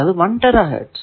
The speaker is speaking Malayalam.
അതായതു 1 T Hz